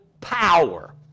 power